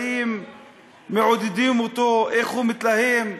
באים ומעודדים אותו איך שהוא מתלהם?